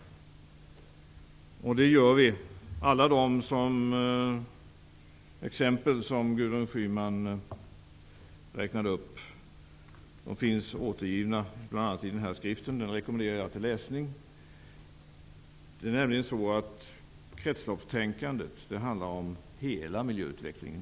Vi hanterar frågor konkret. Alla de exempel som Gudrun Schyman räknar upp finns återgivna i en skrift som jag rekommenderar till läsning. Kretsloppstänkandet handlar nämligen om hela miljöutvecklingen.